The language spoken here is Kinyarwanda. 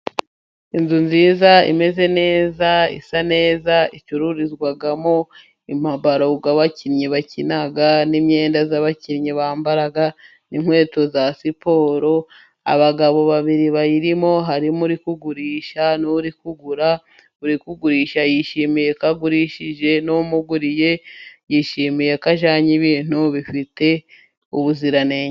Inzu nziza imeze neza isa neza icururizwamo amabaro abakinnyi bakina n'imyenda y'abakinnyi bambara, inkweto za siporo. Abagabo babiri bayirimo harimo uri kugurisha n'uri kugura, uri kugurisha yishimiye ko agurishije, umuguriye yishimiye ko ajyanye ibintu bifite ubuziranenge.